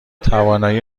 توانایی